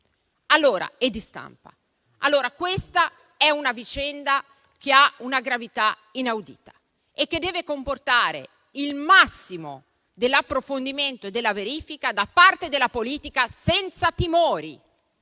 di Stato e di stampa. Questa è una vicenda che ha una gravità inaudita e deve comportare il massimo dell'approfondimento e della verifica da parte della politica, senza timori,